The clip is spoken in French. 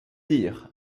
dire